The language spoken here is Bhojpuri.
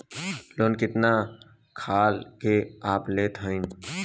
लोन कितना खाल के आप लेत हईन?